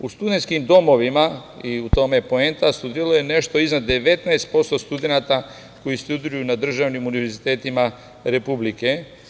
U studentskim domovima, u tome je poenta, studiralo je nešto iznad 19% studenata koji studiraju na državnim univerzitetima Republike.